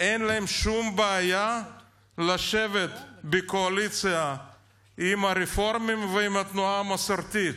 אין להן שום בעיה לשבת בקואליציה עם הרפורמים ועם התנועה המסורתית,